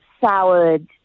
soured